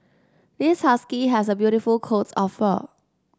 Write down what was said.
this husky has a beautiful coat of fur